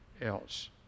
else